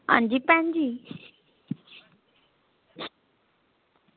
अंजी भैन जी